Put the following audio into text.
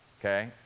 Okay